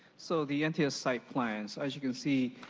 so the and site plan. so as you can see,